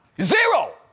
Zero